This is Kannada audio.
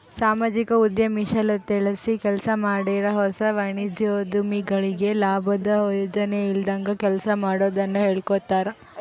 ಸಾಮಾಜಿಕ ಉದ್ಯಮಶೀಲತೆಲಾಸಿ ಕೆಲ್ಸಮಾಡಾರು ಹೊಸ ವಾಣಿಜ್ಯೋದ್ಯಮಿಗಳಿಗೆ ಲಾಬುದ್ ಯೋಚನೆ ಇಲ್ದಂಗ ಕೆಲ್ಸ ಮಾಡೋದುನ್ನ ಹೇಳ್ಕೊಡ್ತಾರ